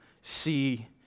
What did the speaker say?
see